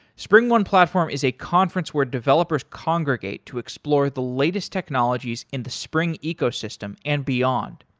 springone platform is a conference where developers congregate to explore the latest technologies in the spring ecosystem and beyond.